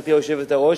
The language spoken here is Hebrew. גברתי היושבת-ראש,